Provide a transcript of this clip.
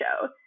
show